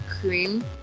cream